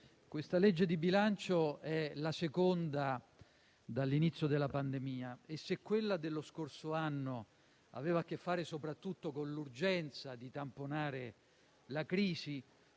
questa legge di bilancio è la seconda dall'inizio della pandemia e, se quella dello scorso anno aveva a che fare soprattutto con l'urgenza di tamponare la crisi,